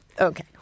Okay